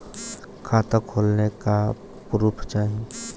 खाता खोलले का का प्रूफ चाही?